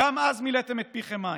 גם אז מילאתם את פיכם מים,